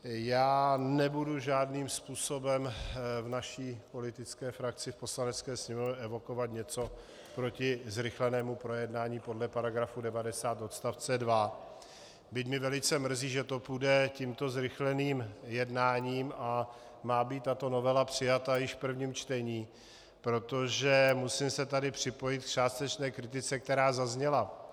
Já nebudu žádným způsobem v naší politické frakci v Poslanecké sněmovně evokovat něco proti zrychlenému projednání podle § 90 odst. 2, byť mě velice mrzí, že to půjde tímto zrychleným jednáním a má být tato novela přijata již v prvním čtení, protože se musím připojit k částečné kritice, která zazněla.